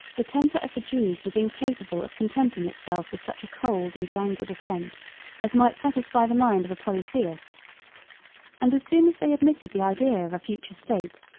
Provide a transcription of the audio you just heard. the temper of the jews was incapable of contenting itself with such a cold and languid assent as might satisfy the mind of a polytheist and as soon as they admitted the idea of a future state,